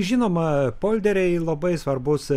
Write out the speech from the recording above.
žinoma polderiai labai svarbus